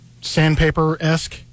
sandpaper-esque